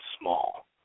small